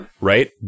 right